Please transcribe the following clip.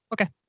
Okay